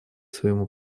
своему